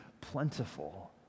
plentiful